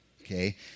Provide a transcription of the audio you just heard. okay